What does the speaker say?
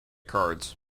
cards